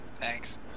Thanks